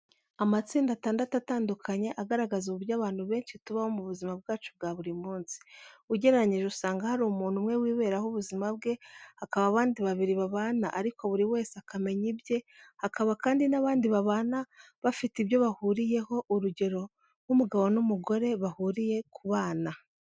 Amatsinda atandatu atandukanye, agaragaza uburyo abantu benshi tubaho mu buzima bwacu bwa buru munsi. Ugereranyije usanga hari umuntu umwe wiberaho ubuzima bwe, hakaba abandi babili babana ariko buri wese akamenya ibye, kaba kandi n'abandi babana bafite ibyo bahuriyeho, urugero nk'umugabo n'umugore bahuriye ku bana.